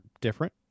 different